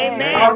Amen